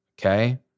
okay